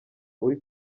uri